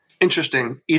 Interesting